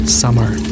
summer